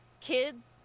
kids